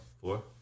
Four